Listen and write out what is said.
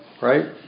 right